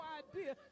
idea